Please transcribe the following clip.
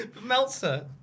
Meltzer